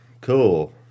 cool